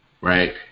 right